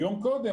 יום קודם,